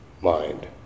mind